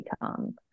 become